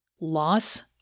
loss